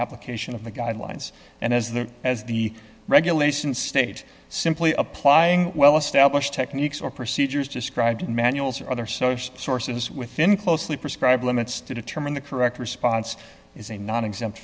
application of the guidelines and as the as the regulations state simply applying well established techniques or procedures described in manuals or other social sources within closely prescribed limits to determine the correct response is a nonexempt